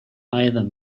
either